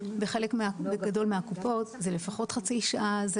בחלק גדול מהקופות זה לפחות חצי שעה.